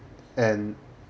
and